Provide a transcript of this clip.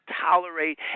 tolerate